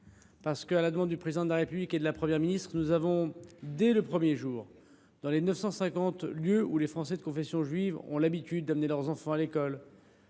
effet, à la demande du Président de la République et de la Première ministre, dès le premier jour, dans les 950 lieux où les Français de confession juive ont l’habitude de mener leurs enfants à l’école,